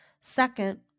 Second